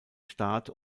staat